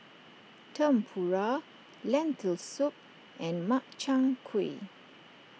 Tempura Lentil Soup and Makchang Gui